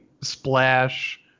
Splash